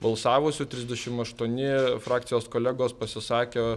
balsavusių trisdešim aštuoni frakcijos kolegos pasisakė